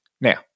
Now